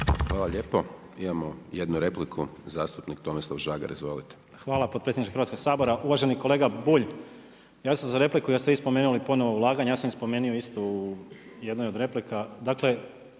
Hvala lijepo. Imamo jednu repliku, zastupnik Tomislav Žagar. Izvolite. **Žagar, Tomislav (Nezavisni)** Hvala potpredsjedniče Hrvatskog sabora. Uvaženi kolega Bulj, javio sam se za repliku jer ste vi spomenuli ponovno ulaganje, ja sam ih spomenuo isto jednoj od replika,